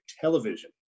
television